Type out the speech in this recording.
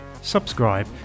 subscribe